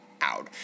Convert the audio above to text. out